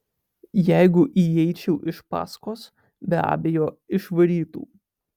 jeigu įeičiau iš paskos be abejo išvarytų